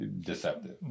deceptive